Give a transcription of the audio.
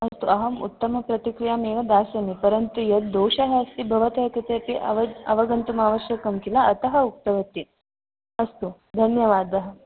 अस्तु अहम् उत्तमप्रतिक्रियामेव दास्यामि परन्तु यत् दोषः अस्ति भवतः कृतेपि अव अवगन्तुं अवश्यकं खिल अतः उक्तवति अस्तु धन्यवादः